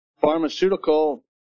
pharmaceutical